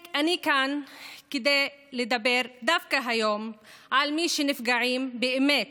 אני כאן כדי לדבר דווקא היום על מי שנפגעים באמת